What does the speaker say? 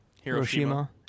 Hiroshima